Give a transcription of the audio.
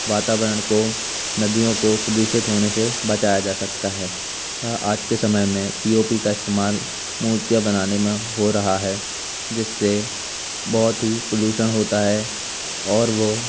वातावरण को नदियों को प्रदूषित होने से बचाया जा सकता है वा आज के समय में पी ओ पी का इस्तेमाल मूर्तियाँ बनाने में हो रहा है जिससे बहुत ही प्रदूषण होता है और वो